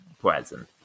present